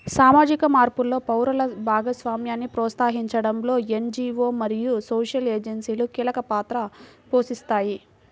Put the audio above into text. సామాజిక మార్పులో పౌరుల భాగస్వామ్యాన్ని ప్రోత్సహించడంలో ఎన్.జీ.వో మరియు సోషల్ ఏజెన్సీలు కీలక పాత్ర పోషిస్తాయి